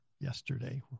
yesterday